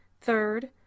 third